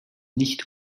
nicht